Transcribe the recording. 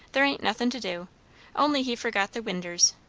there ain't nothin' to do only he forgot the winders,